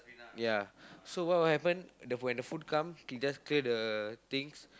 ya so what will happen when the food come we just clear the things